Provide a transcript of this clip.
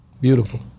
beautiful